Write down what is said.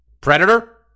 Predator